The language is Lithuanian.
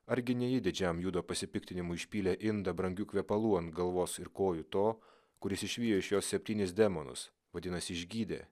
argi ne ji didžiam judo pasipiktinimui išpylė indą brangių kvepalų ant galvos ir kojų to kuris išvijo iš jos septynis demonus vadinasi išgydė